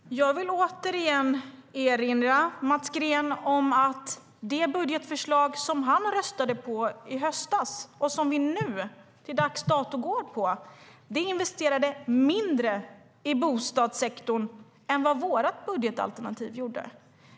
Fru talman! Jag vill återigen erinra Mats Green om att i det budgetförslag som han röstade på i höstas och som vi till dags dato går på investerades det mindre i bostadssektorn än i vårt budgetalternativ.